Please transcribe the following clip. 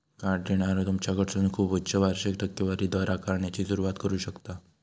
card देणारो तुमच्याकडसून खूप उच्च वार्षिक टक्केवारी दर आकारण्याची सुरुवात करू शकता